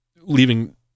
leaving